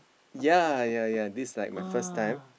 yea yea yea this like my first time